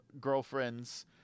girlfriends